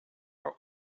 are